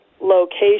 location